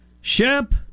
Shep